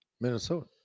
Minnesota